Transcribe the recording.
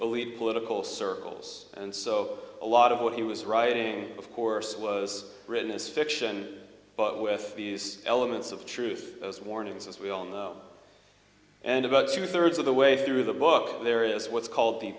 british elite political circles and so a lot of what he was writing of course was written as fiction but with these elements of truth those warnings as we all know and about two thirds of the way through the book there is what's called the